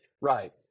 right